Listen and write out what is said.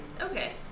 Okay